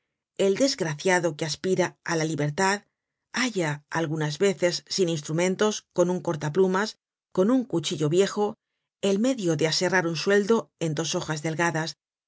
el desgraciado que aspira á la libertad halla algunas veces sin instrumentos con un cortaplumas con un cuchillo viejo el medio de aserrar un suel do en dos hojas delgadas